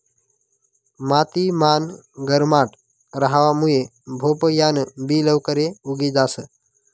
माती मान गरमाट रहावा मुये भोपयान बि लवकरे उगी जास